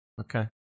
Okay